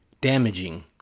Damaging